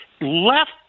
left